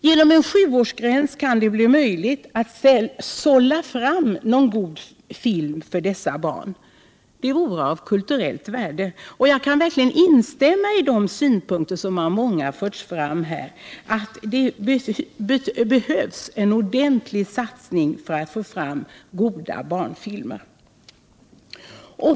Genom en sjuårsgräns kan det bli möjligt att sålla fram någon god film för dessa barn. Det vore av kulturellt värde, och jag kan verkligen instämma i de synpunkter som av många förts fram här: Det behövs en ordentlig satsning för att få fram goda barnfilmer.